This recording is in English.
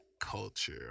culture